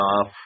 off